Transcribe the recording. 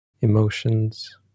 emotions